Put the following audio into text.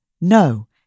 no